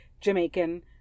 Jamaican